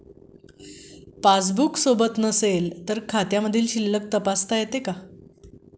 Passbook सोबत नसेल तर खात्यामधील शिल्लक तपासता येते का?